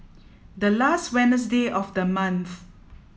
the last Wednesday of the month